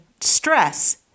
stress